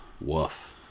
Woof